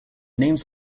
names